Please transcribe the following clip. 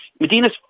Medina's